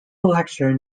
lecture